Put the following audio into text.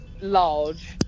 large